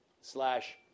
slash